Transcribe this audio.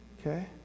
Okay